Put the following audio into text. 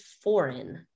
foreign